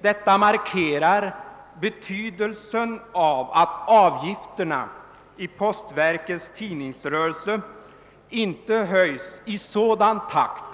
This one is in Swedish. Detta markerar betydelsen av att avgifterna i postverkets tidningsrörelse inte höjs i sådan takt